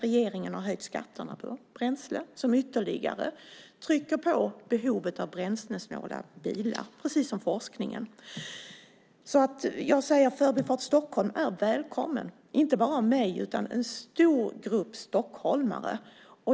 Regeringen har också höjt skatterna på bränsle, vilket ytterligare trycker på behovet av bränslesnåla bilar. Detsamma gäller forskningen. Förbifart Stockholm är välkommen. Det gäller inte bara för mig utan för en stor grupp stockholmare.